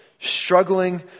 struggling